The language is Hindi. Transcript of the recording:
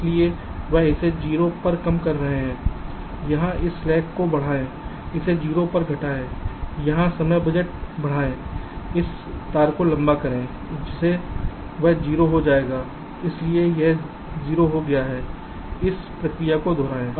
इसलिए बस इसे 0 पर कम करें यहां इस स्लैक को बढ़ाएं इसे 0 पर घटाएं यहां समय बजट बढ़ाएं इस तार को लंबा करें जिससे यह 0 हो जाए इसलिए यह 0 हो गया है इस प्रक्रिया को दोहराएं